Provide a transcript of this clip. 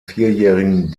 vierjährigen